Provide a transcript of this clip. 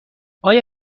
آیا